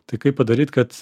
tai kaip padaryt kad